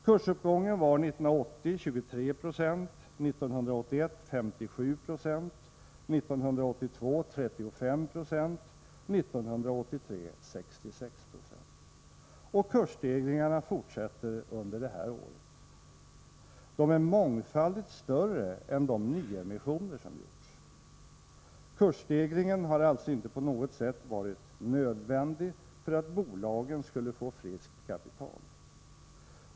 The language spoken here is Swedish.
Kursuppgången var 23 20 1980, 57 90 1981, 35 90 1982 och 66 70 1983. Och kursstegringarna fortsätter under det här året. De är mångfaldigt större än de nyemissioner som gjorts. Kursstegringen har alltså inte på något sätt varit ”nödvändig” för att bolagen skulle få friskt kapital.